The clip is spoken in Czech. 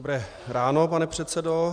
Dobré ráno, pane předsedo.